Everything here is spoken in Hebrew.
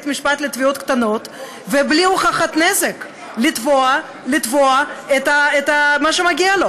משפט לתביעות קטנות ובלי הוכחת נזק לתבוע את מה שמגיע לו,